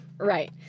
Right